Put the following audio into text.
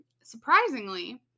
surprisingly